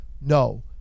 No